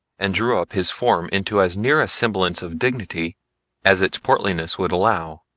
and drew up his form into as near a semblance of dignity as its portliness would allow.